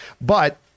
But-